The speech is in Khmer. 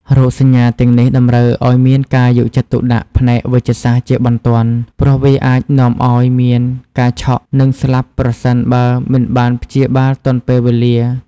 រោគសញ្ញាទាំងនេះតម្រូវឱ្យមានការយកចិត្តទុកដាក់ផ្នែកវេជ្ជសាស្ត្រជាបន្ទាន់ ព្រោះវាអាចនាំឱ្យមានការឆក់ និងស្លាប់ប្រសិនបើមិនបានព្យាបាលទាន់ពេលវេលា។